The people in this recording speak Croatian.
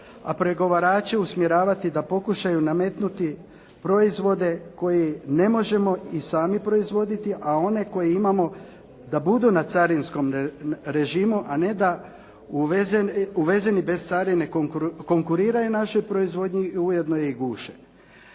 a pregovarače usmjeravati da pokušaju nametnuti proizvode koje ne možemo i sami proizvoditi a one koje imamo da budu na carinskom režimu a ne da uvezeni bez carine konkuriraju našoj proizvodnji a ujedno je i guše.